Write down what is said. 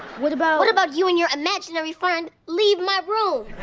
what about what about you and your imaginary friend leave my room?